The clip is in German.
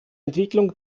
entwicklung